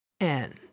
End